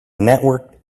network